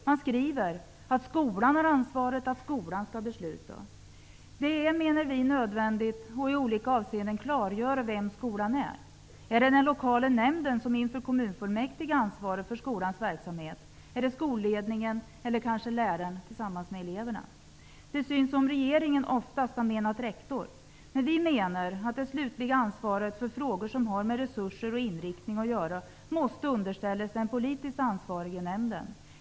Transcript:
Man skriver att skolan har ansvaret och att skolan skall besluta. Det är, menar vi, nödvändigt att i olika avseenden klargöra vem skolan är. Är det den lokala nämnden som inför kommunfullmäktige ansvarar för skolans verksamhet? Är det skolledningen? Är det kanske läraren tillsammans med eleverna? Det syns som om regeringen oftast har menat att det är rektor. Vi menar att det slutliga ansvaret för frågor som har med resurser och inriktning att göra måste underställas den politiskt ansvariga nämnden.